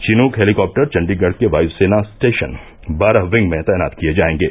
Chinook helicopter Chandigarh के वायु सेना स्टेशन बारह विंग में तैनात किये जाएंगे